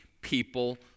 people